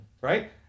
Right